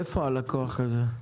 איפה הלקוח הזה?